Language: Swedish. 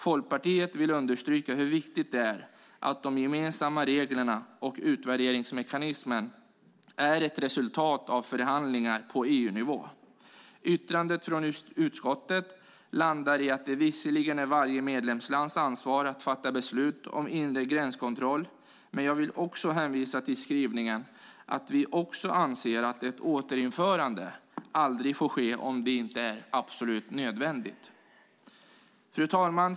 Folkpartiet vill understryka hur viktigt det är att de gemensamma reglerna och utvärderingsmekanismen är ett resultat av förhandlingar på EU-nivå. Yttrandet från utskottet landar i att det visserligen är varje medlemslands ansvar att fatta beslut om inre gränskontroll, men vi i Folkpartiet vill framhålla skrivningen att vi anser att ett återinförande aldrig får ske om det inte är absolut nödvändigt. Fru talman!